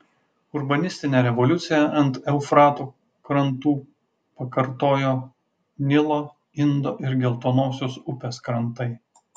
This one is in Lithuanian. urbanistinę revoliuciją ant eufrato krantų pakartojo nilo indo ir geltonosios upės krantai